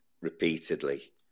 repeatedly